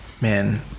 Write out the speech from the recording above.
Man